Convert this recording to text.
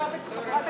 לפי התקדים שנקבע כאן,